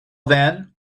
then